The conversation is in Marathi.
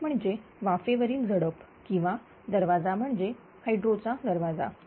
झडप म्हणजे वाफेवरील झडप किंवा दरवाजा म्हणजे हायड्रो चा दरवाजा